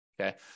okay